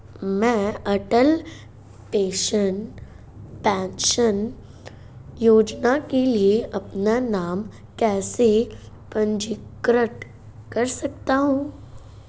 मैं अटल पेंशन योजना के लिए अपना नाम कैसे पंजीकृत कर सकता हूं?